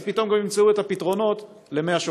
פתאום גם ימצאו את הפתרונות למי השופכין.